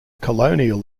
colonial